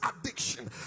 addiction